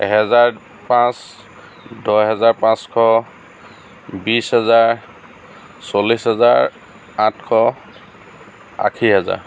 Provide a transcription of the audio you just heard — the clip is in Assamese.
এহেজাৰ পাঁচ দহ হাজাৰ পাঁচশ বিশ হাজাৰ চল্লিছ হাজাৰ আঠশ আশী হাজাৰ